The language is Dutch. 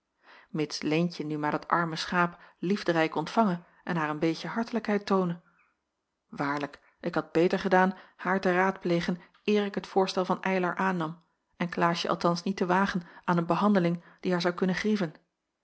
mids leentje nu maar dat arme schaap liefderijk ontvange en haar een beetje hartelijkheid toone waarlijk ik had beter gedaan haar te raadplegen eer ik het voorstel van eylar aannam en klaasje althans niet te wagen aan een behandeling die haar zou kunnen grieven